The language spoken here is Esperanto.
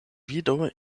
vido